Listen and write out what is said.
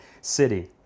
city